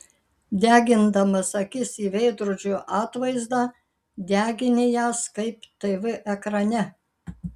degindamas akis į veidrodžio atvaizdą degini jas kaip tv ekrane